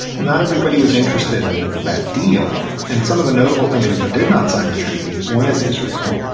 not everybody was interested in that deal. and some of the notable countries that did not sign the treaty, one is israel.